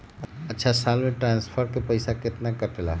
अछा साल मे ट्रांसफर के पैसा केतना कटेला?